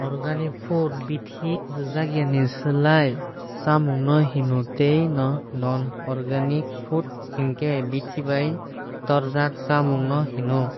Organic food ba bithi rujakyaui swlamjak chamung no hino tei non organic food hinkhe bithi bai torwkjak chamung no hino.